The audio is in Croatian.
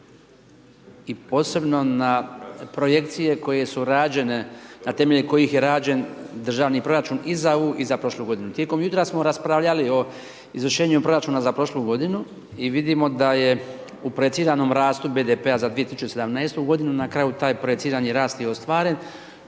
i posebno na projekcije koje su rađene na temelju kojih je rađen Državni proračun i za ovu i za prošlu godinu. Tijekom jutra smo raspravljali o izvršenju proračuna za prošlu godinu i vidimo da je u projiciranom rastu BDP-a za 2017. godinu na kraju taj projicirani rast i ostvaren